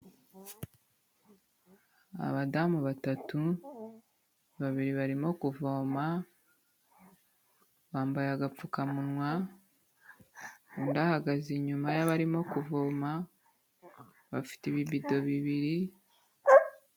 Abadamu batatu, babiri barimo kuvoma, bambaye agapfukamunwa, undi ahagaze inyuma y'abarimo kuvoma, bafite ibibido bibiri.